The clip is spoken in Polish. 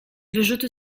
wyrzuty